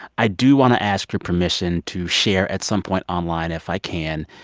i do want to ask your permission to share, at some point, online, if i can,